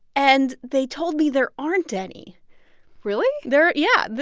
and they told me there aren't any really? there yeah.